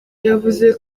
yavuze